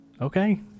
okay